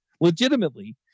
legitimately